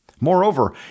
Moreover